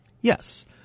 Yes